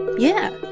yeah,